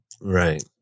Right